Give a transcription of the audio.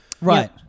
Right